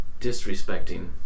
Disrespecting